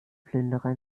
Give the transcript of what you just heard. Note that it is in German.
plünderer